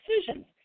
decisions